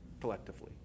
collectively